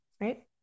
right